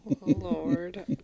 Lord